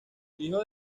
hijo